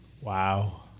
Wow